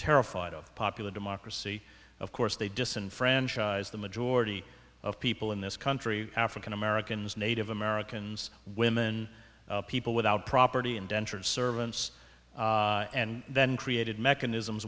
terrified of popular democracy of course they disenfranchise the majority of people in this country african americans native americans women people without property indentured servants and then created mechanisms